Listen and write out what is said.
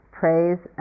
praise